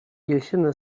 jesienne